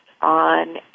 on